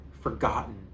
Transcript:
forgotten